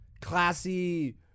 Classy